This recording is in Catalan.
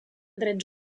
drets